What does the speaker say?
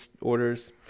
orders